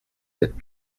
êtes